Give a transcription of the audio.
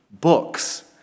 books